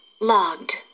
logged